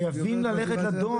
חייבים ללכת לדואר.